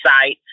site